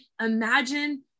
Imagine